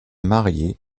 marié